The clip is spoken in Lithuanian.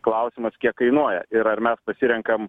klausimas kiek kainuoja ir ar mes pasirenkam